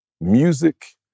music